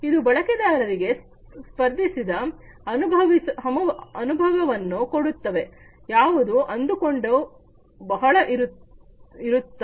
ಇದು ಬಳಕೆದಾರರಿಗೆ ವೃದ್ಧಿಸಿದ ಅನುಭವವನ್ನು ಕೊಡುತ್ತವೆ ಯಾವುದು ಅಂದುಕೊಂಡು ಬಹಳ ಇರುತ್ತದೆ